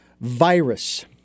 virus